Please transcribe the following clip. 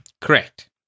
Correct